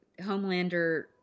homelander